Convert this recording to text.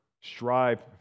Strive